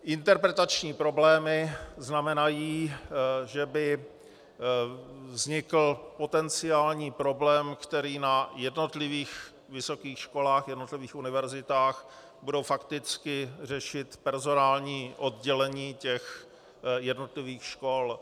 Interpretační problémy znamenají, že by vznikl potenciální problém, který na jednotlivých vysokých školách, jednotlivých univerzitách, budou fakticky řešit personální oddělení jednotlivých škol.